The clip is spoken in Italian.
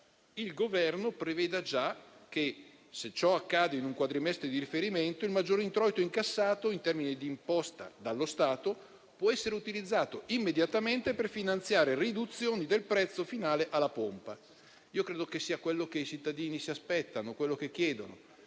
il Governo preveda già che, se ciò accade in un quadrimestre di riferimento, il maggior introito incassato, in termini di imposta, dallo Stato può essere utilizzato immediatamente per finanziare riduzioni del prezzo finale alla pompa. Credo che sia quello che i cittadini si aspettano, quello che chiedono.